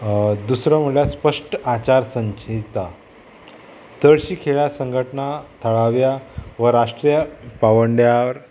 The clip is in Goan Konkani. दुसरो म्हळ्यार स्पश्ट आचार संचीता चडशी खेळा संघटना थळाव्या वा राष्ट्रीय पावंड्यार